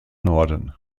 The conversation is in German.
norden